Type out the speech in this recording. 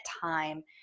time